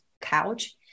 couch